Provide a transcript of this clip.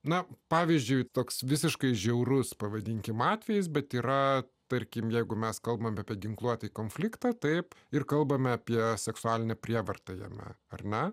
na pavyzdžiui toks visiškai žiaurus pavadinkime atvejis bet yra tarkim jeigu mes kalbame apie ginkluotą konfliktą taip ir kalbame apie seksualinę prievartą jame ar na